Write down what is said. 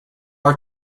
are